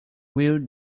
will